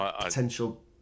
potential